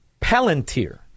Palantir